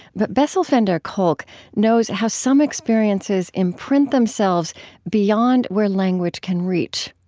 but bessel van der kolk knows how some experiences imprint themselves beyond where language can reach.